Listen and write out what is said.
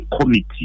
committee